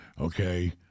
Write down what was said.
okay